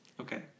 Okay